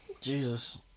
Jesus